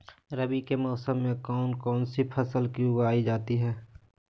रवि के मौसम में कौन कौन सी फसल को उगाई जाता है?